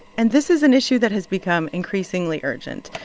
and this is an issue that has become increasingly urgent.